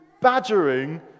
badgering